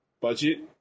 budget